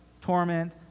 torment